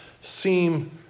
seem